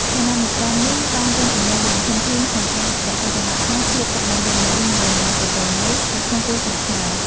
ឋានានុក្រមនេះបានរួមចំណែកយ៉ាងធំធេងក្នុងការ រក្សាសណ្ដាប់ធ្នាប់ ភាពសុខដុមរមនា និងតម្លៃប្រពៃណី នៅក្នុងគ្រួសារខ្មែរ។